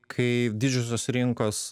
kai didžiosios rinkos